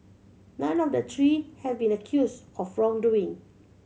none of the three have been accused wrongdoing